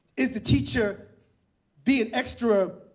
is the teacher being extra